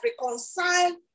reconcile